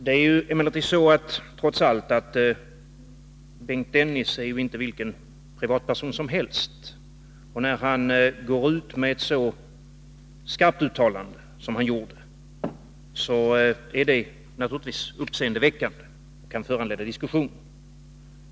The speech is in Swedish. Det är ju emellertid trots allt så att Bengt Dennis ju inte är vilken privatperson som helst. När han går ut med ett så skarpt uttalande som han gjorde är det naturligtvis uppseendeväckande och kan föranleda diskussion.